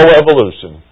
evolution